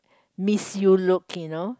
miss you look you know